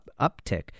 uptick